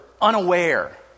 unaware